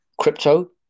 crypto